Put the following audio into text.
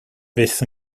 fyth